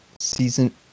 Season